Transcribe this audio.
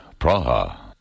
Praha